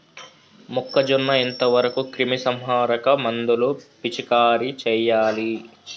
మొక్కజొన్న ఎంత వరకు క్రిమిసంహారక మందులు పిచికారీ చేయాలి?